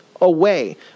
away